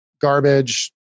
garbage